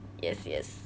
yes yes